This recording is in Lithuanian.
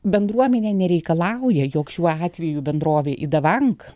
bendruomenė nereikalauja jog šiuo atveju bendrovė idavank